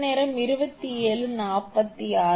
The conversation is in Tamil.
722 KV